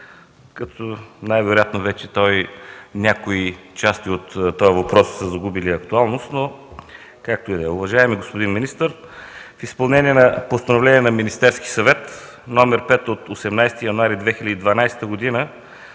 като най-вероятно някои части от него вече са загубили актуалност, но както и да е. Уважаеми господин министър, в изпълнение на Постановление № 5 на Министерския съвет от 18 януари 2012 г. за